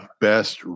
best